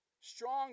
strong